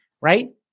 right